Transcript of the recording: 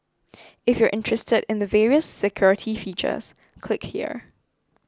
if you're interested in the various security features click here